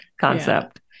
concept